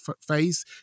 phase